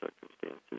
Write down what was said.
circumstances